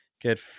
Get